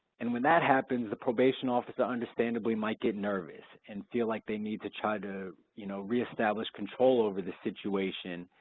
and when that happens the probation officer understandably might get nervous and feel like they need to try to you know reestablish control over the situation,